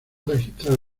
registrar